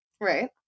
Right